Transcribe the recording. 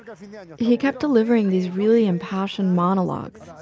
ah yeah yeah he kept delivering these really impassioned monologues,